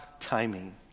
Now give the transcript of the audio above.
timing